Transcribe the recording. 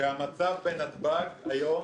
המצב בנתב"ג היום